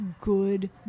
good